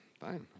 Fine